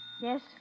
Yes